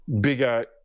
bigger